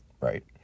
right